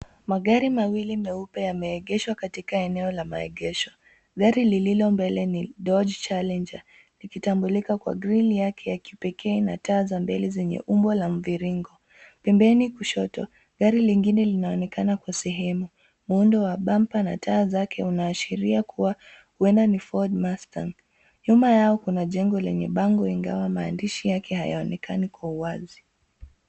Magari mawili meupe yameegeshwa katika eneo la maegesho. Gari lililo mbele ni (cs)Dodge Challenger(cs), likitambulika kwa (cs)grill(cs) yake ya kipekee na taa za mbele zenye umbo la mviringo. Pembeni kushoto, gari lingine linaonekana kwa sehemu. Muundo wa (cs)bumper(cs) na taa zake unaashiria kuwa huenda ni (cs)Ford Mustang(cs). Nyuma yao kuna jengo lenye bango, ingawa maandishi yake hayaonekani kwa uwazi.